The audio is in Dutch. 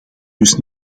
dus